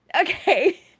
Okay